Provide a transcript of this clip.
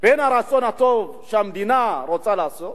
בדרך בין הרצון הטוב, מה שהמדינה רוצה לעשות,